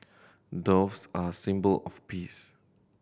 doves are symbol of peace